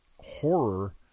horror